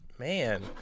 Man